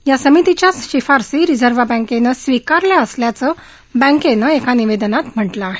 या समितीच्या शिफारशी रिझर्व्ह बँकेनं स्विकारल्या असल्याचं बँकेनं एका निवेदनात म्हटलं आहे